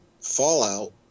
Fallout